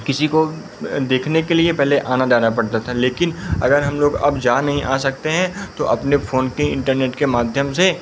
किसी को भी देखने के लिए पहले आना जाना पड़ता था लेकिन अगर हम लोग अब जा नहीं आ सकते हैं तो अपने फ़ोन के इन्टरनेट के माध्यम से